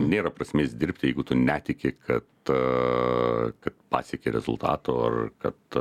nėra prasmės dirbti jeigu tu netiki kad kad pasieki rezultatų ar kad